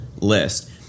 list